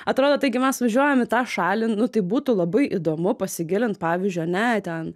atrodo taigi mes važiuojam į tą šalį nu tai būtų labai įdomu pasigilint pavyzdžiui ane į ten